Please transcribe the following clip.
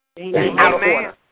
Amen